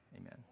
amen